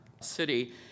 city